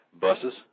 buses